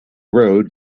road